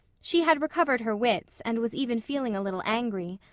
she had recovered her wits, and was even feeling a little angry.